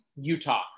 Utah